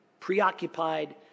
preoccupied